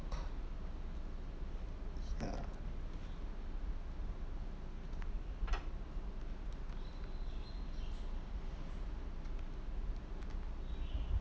ya